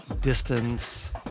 distance